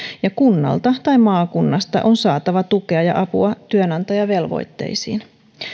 ja kunnalta tai maakunnasta on saatava tukea ja apua työnantajavelvoitteisiin